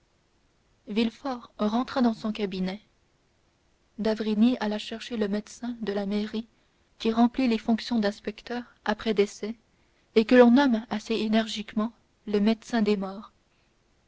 villefort rentra dans son cabinet d'avrigny alla chercher le médecin de la mairie qui remplit les fonctions d'inspecteur après décès et que l'on nomme assez énergiquement le médecin des morts